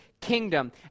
kingdom